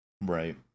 right